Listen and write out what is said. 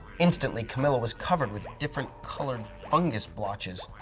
instantly camilla was covered with different colored fungus blotches.